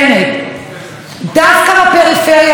דווקא בפריפריה הצפונית,